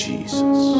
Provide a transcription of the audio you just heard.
Jesus